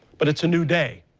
but it's a nau day.